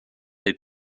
aid